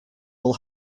will